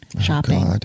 shopping